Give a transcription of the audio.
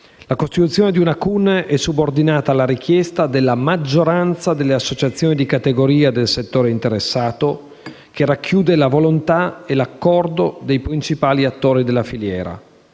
La costituzione di una CUN è subordinata alla richiesta della maggioranza delle associazioni di categoria del settore interessato che racchiude la volontà e l'accordo dei principali attori della filiera.